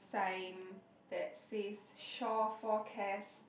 sign that says short for cash